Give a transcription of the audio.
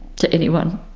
to anyone.